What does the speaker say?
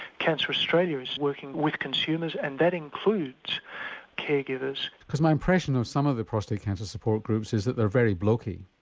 cancer australia is working with consumers and that includes care givers. my impression of some of the prostate cancer support groups is that they are very blokey.